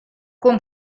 con